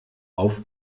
auf